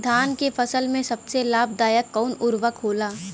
धान के फसल में सबसे लाभ दायक कवन उर्वरक होला?